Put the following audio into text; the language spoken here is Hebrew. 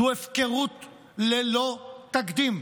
זו הפקרות ללא תקדים.